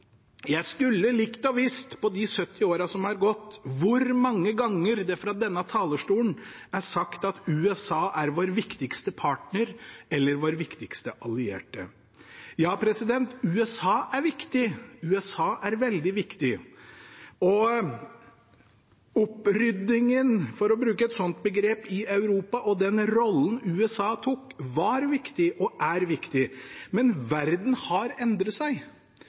Jeg skulle likt å vite hvor mange ganger det i de 70 årene som er gått, er sagt fra denne talerstolen at USA er vår viktigste partner eller vår viktigste allierte. Ja, USA er viktig. USA er veldig viktig. Oppryddingen – for å bruke et sånt begrep – i Europa og den rollen USA tok, var viktig, og er viktig. Men verden har endret seg.